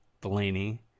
delaney